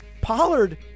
Pollard